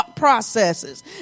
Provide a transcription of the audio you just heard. processes